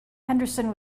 henderson